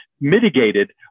mitigated